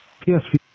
PSV